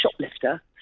shoplifter